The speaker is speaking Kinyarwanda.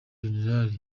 general